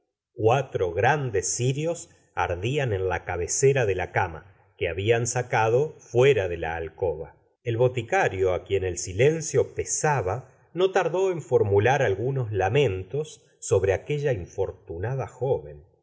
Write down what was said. cuatro grandes cirios ttrdian en la cabecera de la cama que habían saeado fuera de la alcoba el boticario á quien el silencio pesaba no tardó en formular algunos lamentos sobre aquella infortunada joven